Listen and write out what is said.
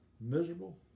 miserable